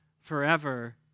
forever